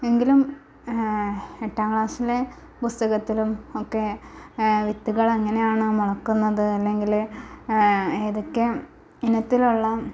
എങ്കിലും എട്ടാം ക്ലാസിലെ പുസ്തകത്തിലും ഒക്കെ വിത്തുകൾ എങ്ങനെയാണ് മുളയ്ക്കുന്നത് അല്ലെങ്കിൽ ഏതൊക്കെ ഇനത്തിലുള്ള